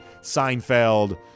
Seinfeld